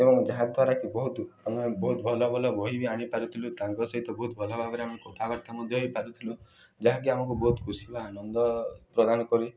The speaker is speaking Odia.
ଏବଂ ଯାହାଦ୍ୱାରାକି ବହୁତ ଆମେ ବହୁତ ଭଲ ଭଲ ବହି ବି ଆଣିପାରୁଥିଲୁ ତାଙ୍କ ସହିତ ବହୁତ ଭଲ ଭାବରେ ଆମେ କଥାବାର୍ତ୍ତା ମଧ୍ୟ ହେଇପାରୁଥିଲୁ ଯାହାକି ଆମକୁ ବହୁତ ଖୁସି ବା ଆନନ୍ଦ ପ୍ରଦାନ କରି